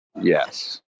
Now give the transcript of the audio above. yes